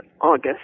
August